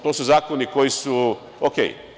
To su zakoni koji su okej.